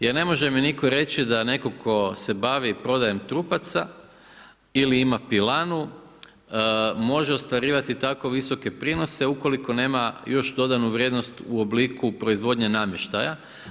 Jer ne može mi nitko reći da netko tko se bavi prodajom trupaca ili ima pilanu može ostvarivati tako visoke prinose ukoliko nema još dodanu vrijednost u obliku proizvodnje namještaja.